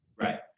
Right